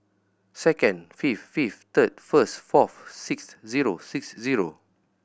second fifth fifth third first fourth six zero six zero